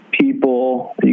people